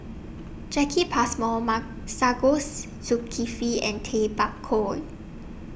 Jacki Passmore Masagos Zulkifli and Tay Bak Koi